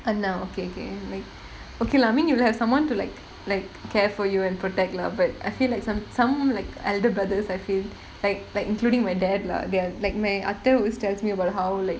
anna okay okay like okay lah I mean you have someone to like like care for you and protect lah but I feel like some some like elder brothers I feel like like including my dad lah they are like my athai always tell me about how like